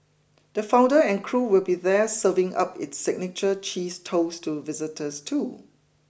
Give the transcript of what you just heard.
the founder and crew will be there serving up its signature cheese toast to visitors too